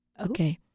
Okay